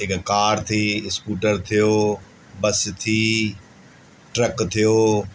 हिकु कार थी स्कूटर थियो बस थी ट्रक थियो